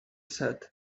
said